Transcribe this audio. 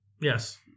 Yes